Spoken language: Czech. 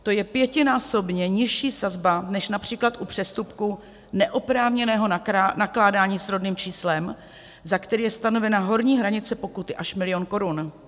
To je pětinásobně nižší sazba než například u přestupku neoprávněného nakládání s rodným číslem, za které je stanovena horní hranice pokuty až milion korun.